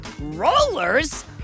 rollers